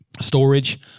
storage